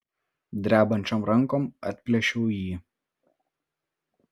drebančiom rankom atplėšiau jį